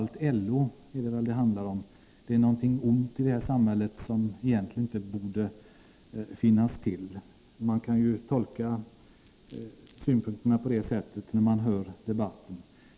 LO är någonting ont i det här samhället som egentligen inte borde finnas till, så kan man tolka en del synpunkter som framförs i debatten.